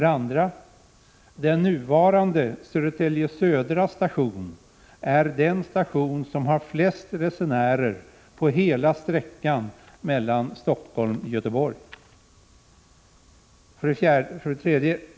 Den nuvarande stationen Södertälje Södra är den station som har flest resenärer på hela sträckan mellan Stockholm och Göteborg. 3.